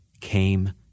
came